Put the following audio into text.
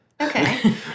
Okay